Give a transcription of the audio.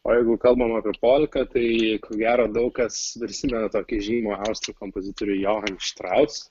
o jeigu kalbam apie polką tai ko gero daug kas prisimena tokį žymų austrų kompozitorių johan štraus